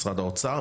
משרד האוצר,